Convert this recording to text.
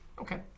Okay